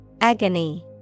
Agony